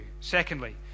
Secondly